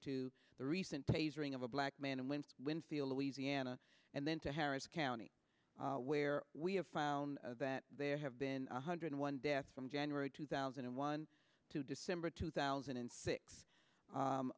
to the recent tasering of a black man and when winfield louisiana and then to harris county where we have found that there have been one hundred one deaths from january two thousand and one to december two thousand and six